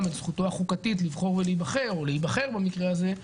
את זכותו החוקתית לבחור או להיבחר במקרה הזה,